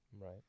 right